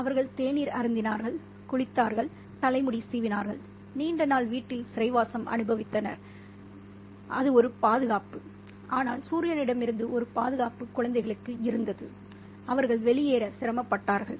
அவர்கள் தேநீர் அருந்தினார்கள் குளித்தார்கள் தலைமுடி சீவினார்கள் நீண்ட நாள் வீட்டில் சிறைவாசம் அனுபவித்தபின்னர் அது குளிர்ச்சியாக இல்லை ஆனால் சூரியனிடமிருந்து ஒரு பாதுகாப்பு குழந்தைகளுக்கு இருந்தது அவர்கள் வெளியேற சிரமப்பட்டார்கள்